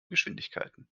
geschwindigkeiten